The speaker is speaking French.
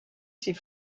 ces